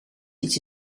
iets